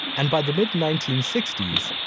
and by the mid nineteen sixty s,